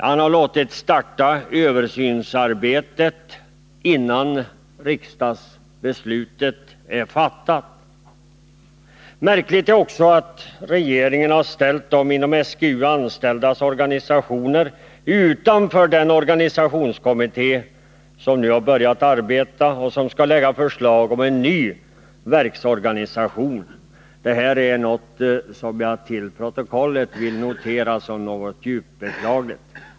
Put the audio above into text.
Han har låtit starta översynsarbetet innan riksdagsbeslutet är fattat. Märkligt är också att regeringen har ställt de inom SGU anställdas organisationer utanför den organisationskommitté som nu har börjat arbeta och som skall lägga fram förslag om en ny verksorganisation. Det är något som jag till protokollet vill notera som djupt beklagligt.